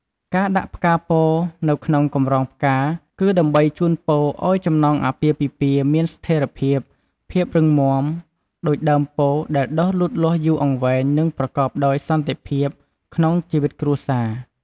ការដាក់ផ្កាពោធិ៍ នៅក្នុងកម្រងផ្កា គឺដើម្បីជូនពរឱ្យចំណងអាពាហ៍ពិពពាហ៍មាន ស្ថេរភាព ភាពរឹងមាំ ដូចដើមពោធិ៍ដែលដុះលូតលាស់យូរអង្វែង និងប្រកបដោយ សន្តិភាព ក្នុងជីវិតគ្រួសារ។